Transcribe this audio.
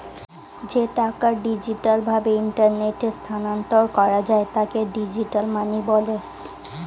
যে টাকা ডিজিটাল ভাবে ইন্টারনেটে স্থানান্তর করা যায় তাকে ডিজিটাল মানি বলে